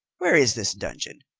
where is this dungeon?